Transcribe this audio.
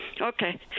Okay